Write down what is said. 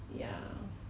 then actually